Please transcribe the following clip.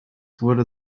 wurde